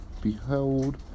behold